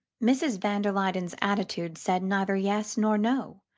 mrs. van der luyden's attitude said neither yes nor no,